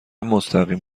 مستقیم